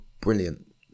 brilliant